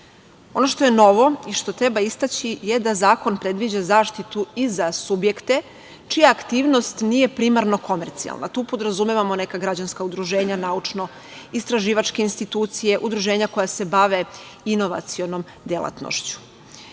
što je novo i što treba istaći je da zakon predviđa zaštitu i za subjekte čija aktivnost nije primarno komercijalna. Tu podrazumevamo neka građanska udruženja, naučno-istraživačke institucije, udruženja koja se bave inovacionom delatnošću. Poslovni